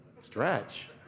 stretch